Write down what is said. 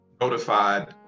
notified